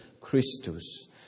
Christus